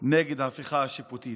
נגד ההפיכה השיפוטית.